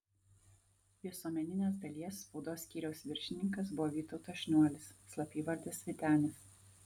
visuomeninės dalies spaudos skyriaus viršininkas buvo vytautas šniuolis slapyvardis vytenis